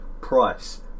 price